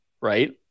right